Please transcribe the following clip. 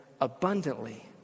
abundantly